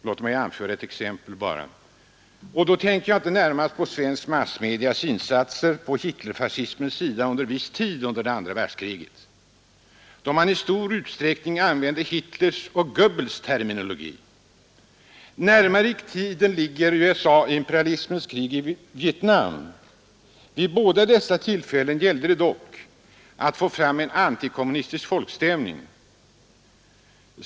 Låt mig anföra ett exempel, och då tänker jag inte närmast på svenska massmedias insatser på Hitlerfascismens sida viss tid under andra världskriget, då man i stor utsträckning använde Hitlers och Goebbels terminologi. Närmare i tiden ligger USA-imperialismens krig i Vietnam. Vid båda dessa tillfällen gällde det dock att få fram en omfattande antikommunistisk folkstämning.